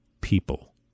people